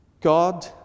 God